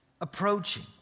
approaching